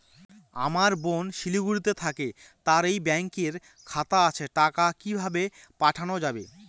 আমার বোন শিলিগুড়িতে থাকে তার এই ব্যঙকের খাতা আছে টাকা কি ভাবে পাঠানো যাবে?